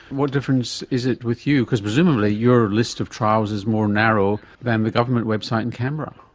what difference is it with you? because presumably your list of trials is more narrow than the government website in canberra.